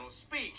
speech